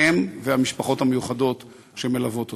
אליהם ואל המשפחות המיוחדות שמלוות אותם.